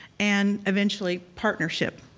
and eventually partnership,